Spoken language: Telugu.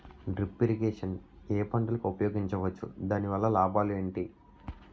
డ్రిప్ ఇరిగేషన్ ఏ పంటలకు ఉపయోగించవచ్చు? దాని వల్ల లాభాలు ఏంటి?